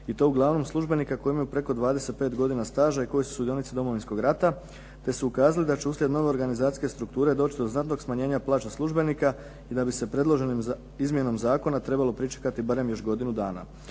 i to uglavnom službenika koji ima preko 25 godina staža i koji su sudionici Domovinskog rata te su ukazali da će uslijed nove organizacijske strukture doći do znatnog smanjenja plaća službenika i da bi s predloženom izmjenom zakona trebalo pričekati barem još godinu dana.